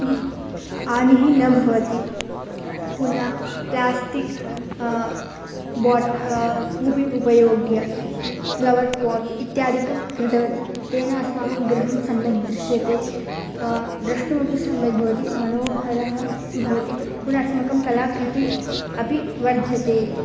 किम् हानिः न भवति पुनः प्लास्टिक् बाट् कूपिं उपयोग्य फ़्लवर् पोट् इत्यादिकं कृतवती तेन अस्माकं गृहं सम्यक् दृश्यते द्रष्टुमपि सम्यग्भवति मनोहरः भवति पुन अस्माकं कलाकृतिः अपि वर्धते